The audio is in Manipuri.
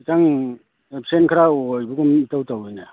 ꯈꯤꯇꯪ ꯑꯦꯕꯁꯦꯟ ꯈꯔ ꯑꯣꯏꯕꯒꯨꯝ ꯏꯇꯧ ꯇꯧꯏꯅꯦ